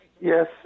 Yes